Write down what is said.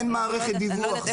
אין מערכת דיווח.